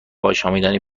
آشامیدنی